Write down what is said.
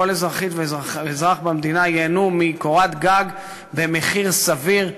אזרחית ואזרח במדינה ייהנו מקורת גג במחיר סביר,